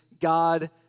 God